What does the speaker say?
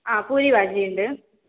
ആ പൂരി ഭാജിയുണ്ട്